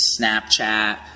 Snapchat